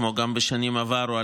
כמו גם בשנים עברו,